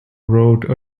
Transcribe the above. wrote